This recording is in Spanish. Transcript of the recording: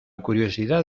curiosidad